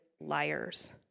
liars